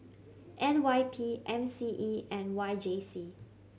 N Y P M C E and Y J C